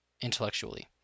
intellectually